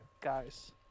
guys